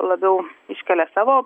labiau iškelia savo